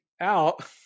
out